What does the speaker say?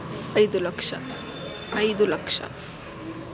ಐದು ಲಕ್ಷ ಐದು ಲಕ್ಷ